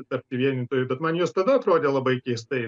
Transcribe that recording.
tapti vienytoju bet man jos tada atrodė labai keistai